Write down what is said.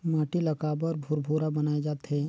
माटी ला काबर भुरभुरा बनाय जाथे?